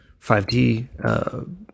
5D